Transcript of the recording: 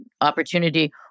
opportunity